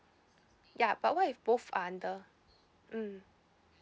ya but what if both are under mm